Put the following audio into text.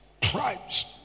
Tribes